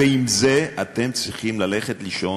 ועם זה אתם צריכים ללכת לישון?